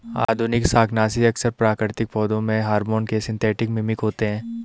आधुनिक शाकनाशी अक्सर प्राकृतिक पौधों के हार्मोन के सिंथेटिक मिमिक होते हैं